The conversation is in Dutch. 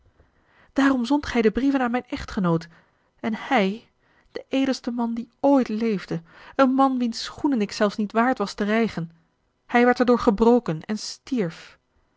daarom zondt gij de brieven aan mijn echtgenoot en hij de edelste man die ooit leefde een man wiens schoenen ik zelfs niet waard was te rijgen hij werd er door gebroken en stierf